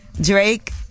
Drake